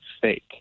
fake